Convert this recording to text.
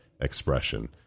expression